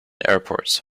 airports